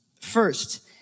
First